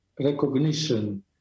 recognition